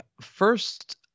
first